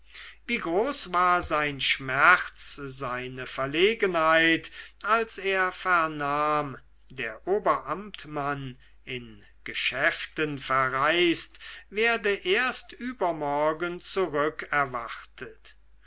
wie groß war sein schmerz seine verlegenheit als er vernahm der oberamtmann in geschäften verreist werde erst übermorgen